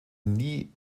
nie